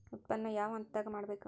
ಉತ್ಪನ್ನ ಯಾವ ಹಂತದಾಗ ಮಾಡ್ಬೇಕ್?